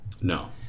No